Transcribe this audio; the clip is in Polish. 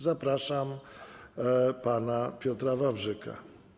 Zapraszam pana Piotra Wawrzyka.